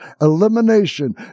elimination